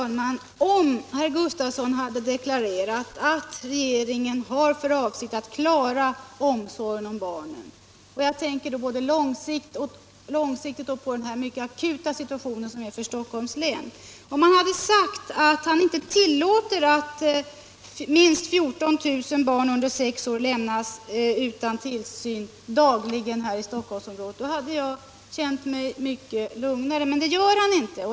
Herr talman! Om statsrådet Gustavsson hade deklarerat att regeringen har för avsikt att klara omsorgen om barnen — det gäller både långsiktigt och den mycket akuta situationen i Stockholms län — och sagt att han | inte tillåter att minst 14000 barn under sex år dagligen lämnas utan tillsyn här i Stockholmsområdet, då hade jag känt mig mycket lugnare, men det gör han inte.